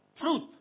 truth